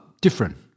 different